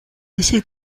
essaie